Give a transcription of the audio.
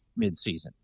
midseason